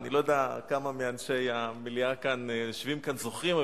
אני לא יודע כמה מאנשי המליאה היושבים כאן זוכרים,